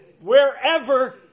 Wherever